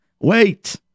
wait